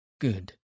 Good